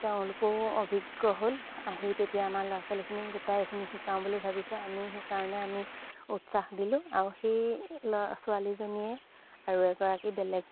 তেওঁলোকেও অভিজ্ঞ হ'ল আহি তেতিয়া আমাৰ ল'ৰা ছোৱালীখিনিক গোটাই এইখিনি শিকাওঁ বুলি ভাবিছে আমি সেইকাৰণে আমি উৎসাহ দিলোঁ আৰু সেই ছোৱালীজনীয়ে আৰু এগৰাকী বেলেগ